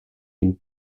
une